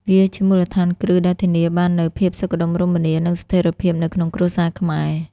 វាជាមូលដ្ឋានគ្រឹះដែលធានាបាននូវភាពសុខដុមរមនា និងស្ថិរភាពនៅក្នុងគ្រួសារខ្មែរ។